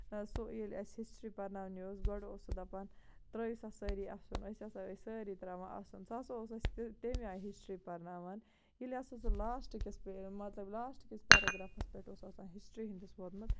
سُہ ییٚلہِ اَسہِ ہِسٹری پَرناونہِ اوس گۄڈٕ اوس سُہ دَپان ترٛٲوِو سا سٲری اَسُن أسۍ ہسا ٲسۍ سٲری ترٛاوان اَسُن سُہ ہسا اوس تَمہِ آیہِ ہِسٹری پَرناوان ییٚلہِ ہسا سُہ لاسٹہٕ کِس پیٖریڈس مطلب لاسٹہٕ کِس پیریگرٛافس پیٚٹھ اوس آسان ہِسٹری ہِنٛدِس ووٚتمُت